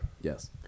Yes